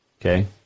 Okay